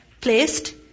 placed